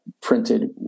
printed